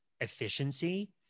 efficiency